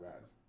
guys